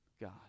God